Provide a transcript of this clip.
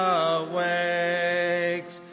awakes